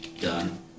done